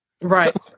Right